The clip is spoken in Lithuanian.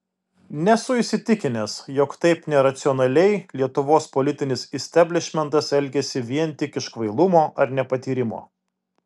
nesu įsitikinęs jog taip neracionaliai lietuvos politinis isteblišmentas elgiasi vien tik iš kvailumo ar nepatyrimo